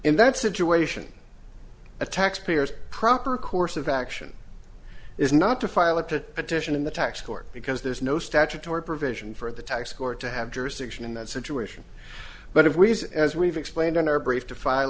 in that situation a taxpayer's proper course of action is not to file a petition in the tax court because there's no statutory provision for the tax court to have jurisdiction in that situation but if we use as we've explained in our brief to file